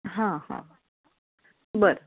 हां हां बरं